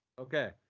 Okay